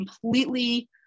completely